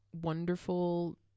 wonderful